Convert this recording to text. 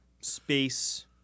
Space